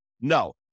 No